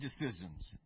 decisions